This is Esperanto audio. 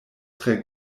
tre